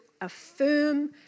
affirm